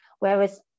Whereas